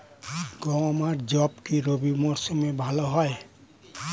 গম আর যব কি রবি মরশুমে ভালো হয়?